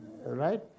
Right